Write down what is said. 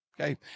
Okay